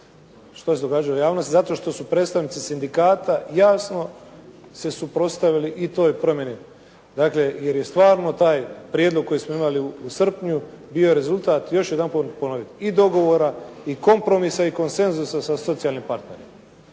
što se događa u javnosti, zato što su predstavnici sindikata jasno se suprotstavili i toj promjeni. Dakle, jer je stvarno taj prijedlog koji smo imali u srpnju bio rezultat, još jedanput da ponovim, i dogovora i kompromisa i konsenzusa sa socijalnim partnerima.